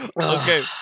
okay